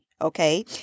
okay